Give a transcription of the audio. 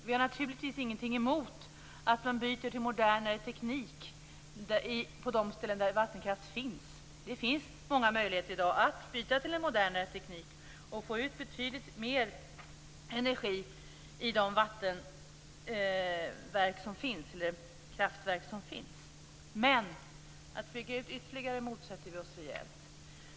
Vi har naturligtvis ingenting emot att man byter till modernare teknik på de ställen där vattenkraft finns - det finns i dag många möjligheter att byta till en modernare teknik och få ut betydligt mer energi i de kraftverk som finns - men en ytterligare utbyggnad motsätter vi oss rejält.